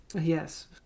Yes